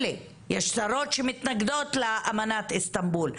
אמנת איסטנבול.